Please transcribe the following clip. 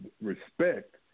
respect